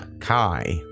Kai